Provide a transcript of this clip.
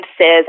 says